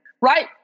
right